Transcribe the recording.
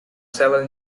several